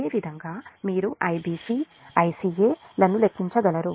ఇదే విధంగా మీరు Ibc మరియు Ica లను లెక్కించగల